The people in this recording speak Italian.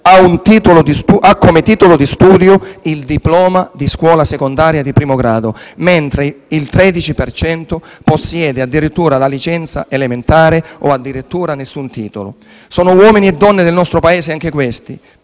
ha come titolo di studio il diploma di scuola secondaria di primo grado, mentre il 13 per cento possiede la licenza elementare o addirittura nessun titolo. Sono uomini e donne del nostro Paese anche questi